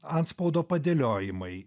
antspaudo padėliojimai